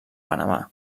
panamà